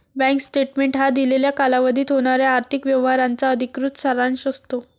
bank statement हा दिलेल्या कालावधीत होणाऱ्या आर्थिक व्यवहारांचा अधिकृत सारांश असतो